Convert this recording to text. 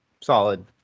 solid